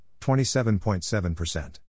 27.7%